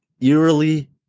eerily